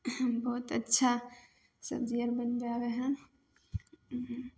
बहुत अच्छा सब्जी आर बनबै आबै हइ